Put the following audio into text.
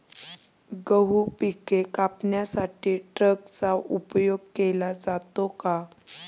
गहू पिके कापण्यासाठी ट्रॅक्टरचा उपयोग केला जातो का?